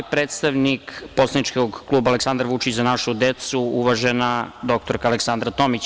Predstavnik poslaničke kluba Aleksandar Vučić – Za našu decu, uvažena dr Aleksandra Tomić.